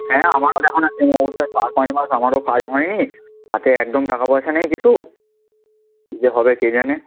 হ্যাঁ আমারও দেখো না সেম অবস্থা আমারও কাজ হয়নি হাতে একদম টাকা পয়সা নেই কিছু কী যে হবে কে জানে